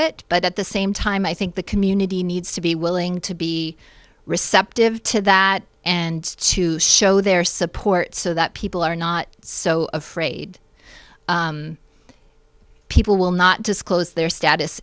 it but at the same time i think the community needs to be willing to be receptive to that and to show their support so that people are not so afraid people will not disclose their status